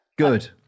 Good